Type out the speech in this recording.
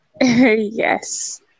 Yes